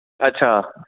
अच्छा